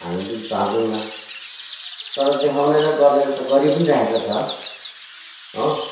हामी पनि चाहदैनौँ तर देखाउनेले गर्नेले त गरि पनि रहेको छ हो